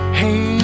hey